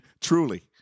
Truly